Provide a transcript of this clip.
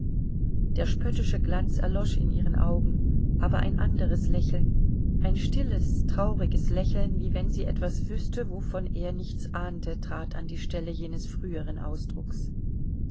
der spöttische glanz erlosch in ihren augen aber ein anderes lächeln ein stilles trauriges lächeln wie wenn sie etwas wüßte wovon er nichts ahnte trat an die stelle jenes früheren ausdrucks